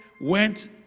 went